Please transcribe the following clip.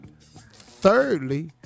Thirdly